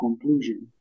conclusion